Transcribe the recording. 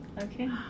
Okay